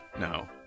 No